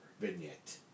vignette